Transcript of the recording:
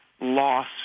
loss